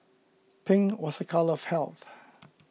pink was a colour of health